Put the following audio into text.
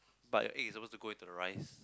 but the egg is suppose to go into the rice